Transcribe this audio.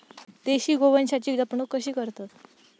देशी गोवंशाची जपणूक कशी करतत?